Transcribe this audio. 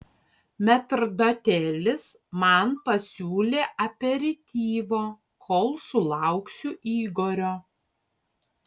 metrdotelis man pasiūlė aperityvo kol sulauksiu igorio